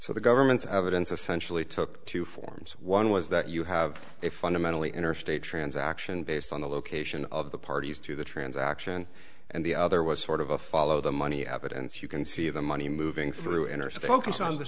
so the government's evidence essentially took two forms one was that you have a fundamentally interstate transaction based on the location of the parties to the transaction and the other was sort of a follow the money abbott and so you can see the money moving through interest the focus on the